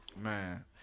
Man